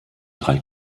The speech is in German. drei